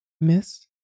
Miss